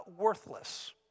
worthless